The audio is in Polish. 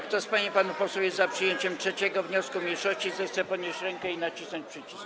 Kto z pań i panów posłów jest za przyjęciem 3. wniosku mniejszości, zechce podnieść rękę i nacisnąć przycisk.